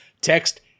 Text